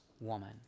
woman